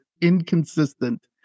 inconsistent